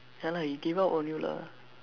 ya lah he gave up on you lah